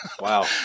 Wow